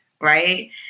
Right